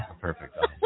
Perfect